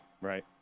Right